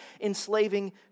enslaving